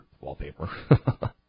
Wallpaper